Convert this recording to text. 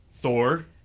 Thor